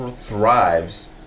Thrives